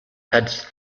has